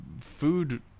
food